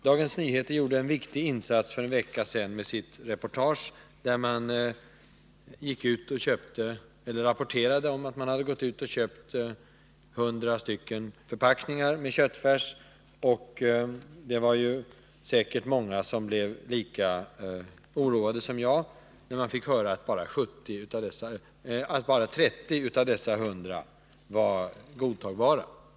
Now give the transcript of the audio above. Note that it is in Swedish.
Dagens Nyheter gjorde en viktig insats för en vecka sedan med sitt reportage, där man berättade hur man hade köpt 100 förpackningar med köttfärs. Det var säkert många som blev lika oroade som jag, när man fick höra att bara 30 av de 100 var godtagbara.